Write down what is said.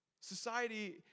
Society